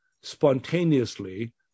spontaneously